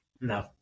No